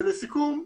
ולסיכום,